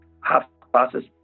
half-passes